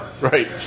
Right